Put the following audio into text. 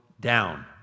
down